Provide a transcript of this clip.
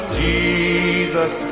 jesus